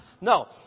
No